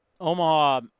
Omaha